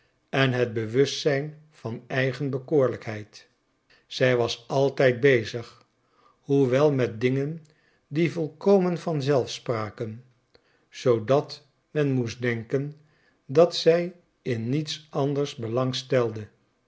en het bewustzijn van eigen bekoorlijkheid zij was altijd bezig hoewel met dingen die volkomen van zelf spraken zoodat men moest denken dat zij in niets anders